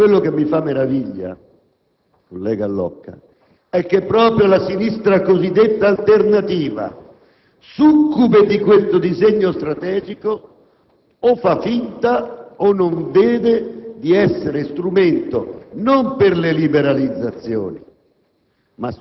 Quello che mi meraviglia, collega Allocca, è il fatto che proprio la sinistra cosiddetta alternativa, succube di questo disegno strategico, o non vede o fa finta di non vedere di essere strumento non per le liberalizzazioni,